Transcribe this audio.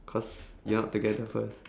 cause you're not together first